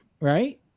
right